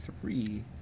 three